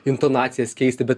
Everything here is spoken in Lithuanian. intonacijas keisti be